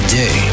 day